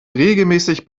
regelmäßig